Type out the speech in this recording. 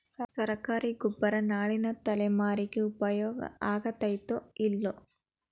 ಸರ್ಕಾರಿ ಗೊಬ್ಬರ ನಾಳಿನ ತಲೆಮಾರಿಗೆ ಉಪಯೋಗ ಆಗತೈತೋ, ಇಲ್ಲೋ?